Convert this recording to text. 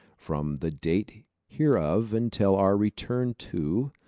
from the date hereof until our return to,